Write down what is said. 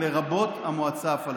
זה הקיצור.